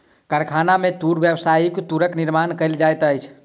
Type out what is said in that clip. कारखाना में तूर से व्यावसायिक सूतक निर्माण कयल जाइत अछि